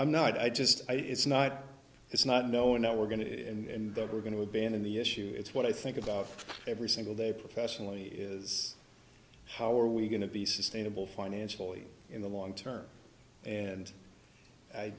i'm not i just i it's not it's not no no we're going to and we're going to abandon the issue it's what i think about every single day professionally is how are we going to be sustainable financially in the long term and i